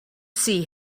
see